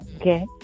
okay